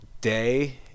Day